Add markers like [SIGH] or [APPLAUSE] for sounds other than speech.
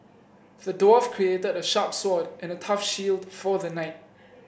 the dwarf [UNINTELLIGIBLE] a sharp sword and a tough shield for the knight